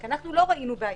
כי אנחנו לא ראינו בעיה.